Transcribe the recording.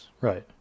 Right